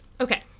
Okay